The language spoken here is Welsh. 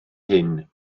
hyn